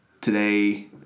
today